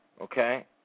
Okay